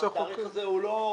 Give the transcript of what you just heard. --- התאריך הזה לא...